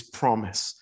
promise